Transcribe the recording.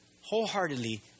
wholeheartedly